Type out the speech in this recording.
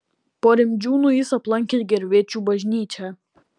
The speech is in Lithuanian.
po rimdžiūnų jis aplankė gervėčių bažnyčią